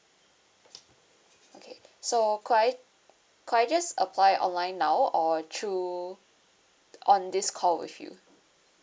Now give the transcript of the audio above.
okay so could I could I just apply online now or through on this call with you